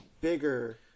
bigger